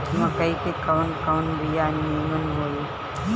मकई के कवन कवन बिया नीमन होई?